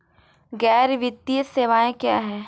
गैर वित्तीय सेवाएं क्या हैं?